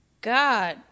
God